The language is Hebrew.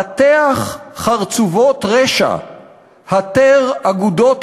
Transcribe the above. פַּתֵּחַ חַרְצֻבּוֹת רֶשַׁע הַתֵּר אֲגֻדּוֹת